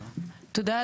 תודה,